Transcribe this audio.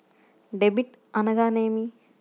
Debit అనగానేమి?